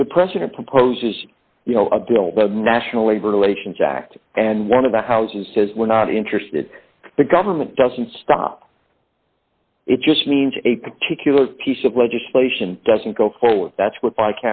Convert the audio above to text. if the president proposes a deal the national labor relations act and one of the houses says we're not interested the government doesn't stop it just means a particular piece of legislation doesn't go forward that's what